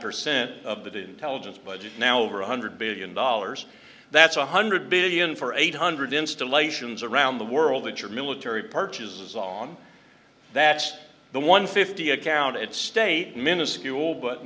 percent of that intelligence budget now over one hundred billion dollars that's one hundred billion for eight hundred installations around the world that your military purchases on that's the one fifty account at state minuscule but